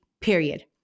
period